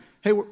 hey